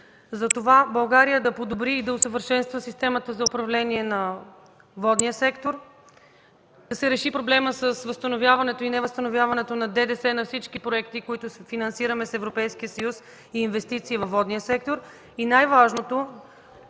за това България да подобри и усъвършенства системата за управление на Водния сектор, да се реши проблемът с възстановяването и невъзстановяването на ДДС на всички проекти, които финансираме с Европейския съюз и инвестиции във Водния сектор